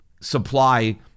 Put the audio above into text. supply